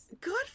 Good